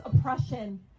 oppression